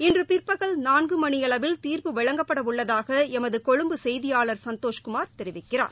இன்றபிற்பகல் நான்குமணியளவில் தீர்ப்பு வழங்கப்படவுள்ளதாகளமதுகொழும்பு செயதியாளர் சந்தோஷ்குமார் தெரிவிக்கிறார்